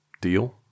Deal